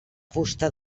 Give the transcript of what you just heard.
fusta